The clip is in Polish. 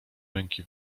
ręki